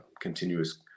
continuous